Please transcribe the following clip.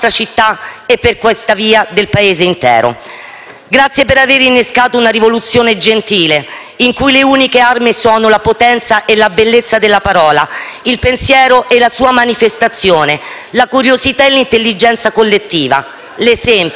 Grazie per aver innescato una rivoluzione gentile in cui le uniche armi sono la potenza e la bellezza della parola, il pensiero e la sua manifestazione, la curiosità e l'intelligenza collettiva, l'esempio.